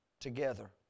together